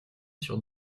sur